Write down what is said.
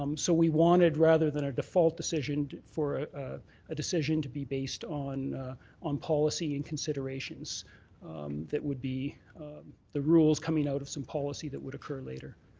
um so we wanted rather than a default decision for a decision to be based on on policy and considerations that would be the rules coming out of some policy that would occur later.